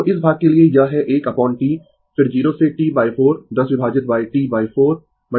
तो इस भाग के लिए यह है 1 अपोन T फिर 0 से T 4 10 विभाजित T 4 tdt